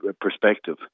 perspective